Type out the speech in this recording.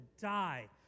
die